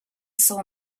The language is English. saw